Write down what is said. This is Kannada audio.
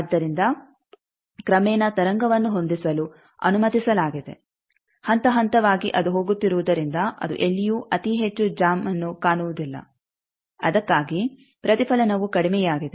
ಆದ್ದರಿಂದ ಕ್ರಮೇಣ ತರಂಗವನ್ನು ಹೊಂದಿಸಲು ಅನುಮತಿಸಲಾಗಿದೆ ಹಂತಹಂತವಾಗಿ ಅದು ಹೋಗುತ್ತಿರುವುದರಿಂದ ಅದು ಎಲ್ಲಿಯೂ ಅತೀ ಹೆಚ್ಚು ಜಾಮ್ಅನ್ನು ಕಾಣುವುದಿಲ್ಲ ಅದಕ್ಕಾಗಿಯೇ ಪ್ರತಿಫಲನವು ಕಡಿಮೆಯಾಗಿದೆ